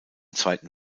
zweiten